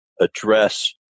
address